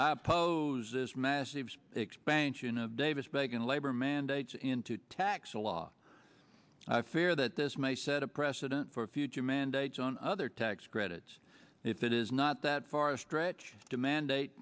oppose this massive expansion of davis bacon labor mandates into tax law i fear that this may set a precedent for future mandates on other tax credits if it is not that far stretch to mandate